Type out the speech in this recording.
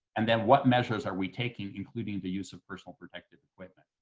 and then what measures are we taking, including the use of personal protective equipment.